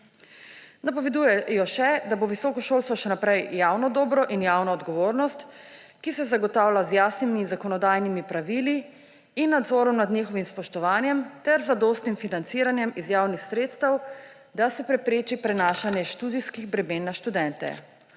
Napovedujejo še, da bo visoko šolstvo še naprej javno dobro in javna odgovornost, ki se zagotavlja z jasnimi in zakonodajnimi pravili in nadzorom nad njihovim spoštovanjem ter zadostnim financiranjem iz javnih sredstev, da se prepreči prenašanje študijskih bremen na študente.